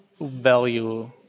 value